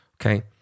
okay